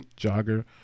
jogger